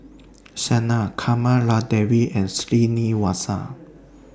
Sanal Kamaladevi and Srinivasa